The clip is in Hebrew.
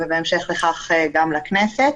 ובהמשך לכך גם בכנסת.